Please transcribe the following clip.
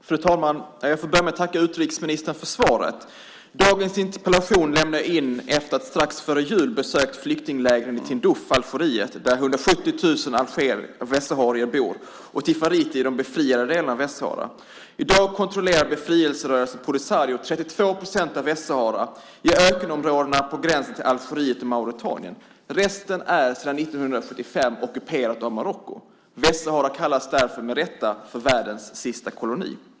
Fru talman! Jag får börja med att tacka utrikesministern för svaret. Dagens interpellation lämnade jag in efter att strax före jul besökt flyktinglägren i Tindouf, Algeriet, där 170 000 västsaharier bor, och Tifariti i den befriande delen av Västsahara. I dag kontrollerar befrielserörelsen Polisario 32 procent av Västsahara i ökenområdena på gränsen till Algeriet och Mauretanien. Resten är sedan 1975 ockuperat av Marocko. Västsahara kallas därför med rätta för världens sista koloni.